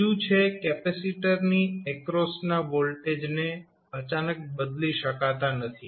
બીજું છે કેપેસિટરની એક્રોસના વોલ્ટેજને અચાનક બદલી શકાતા નથી